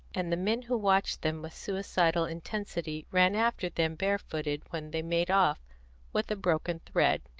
and the men who watched them with suicidal intensity ran after them barefooted when they made off with a broken thread,